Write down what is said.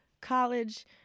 college—